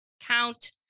count